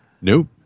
nope